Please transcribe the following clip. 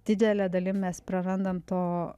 didele dalim mes prarandam to